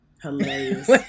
Hilarious